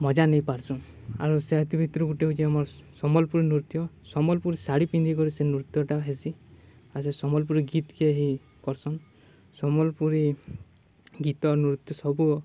ମଜା ନେଇ ପାର୍ସୁଁ ଆରୁ ସେଭିତ୍ରୁ ଗୁଟେ ହଉଛେ ଆମର୍ ସମ୍ବଲ୍ପୁରୀ ନୃତ୍ୟ ସମ୍ବଲ୍ପୁରୀ ଶାଢ଼ୀ ପିନ୍ଧିିକରି ସେ ନୃତ୍ୟଟା ହେସି ଆଉ ସେ ସମ୍ବଲ୍ପୁରୀ ଗୀତ୍କେ ହିଁ କର୍ସନ୍ ସମ୍ବଲ୍ପୁରୀ ଗୀତ ନୃତ୍ୟ ସବୁ